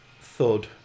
Thud